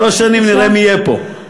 שלוש שנים, נראה מי יהיה פה.